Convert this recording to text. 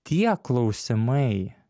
tie klausimai